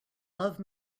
love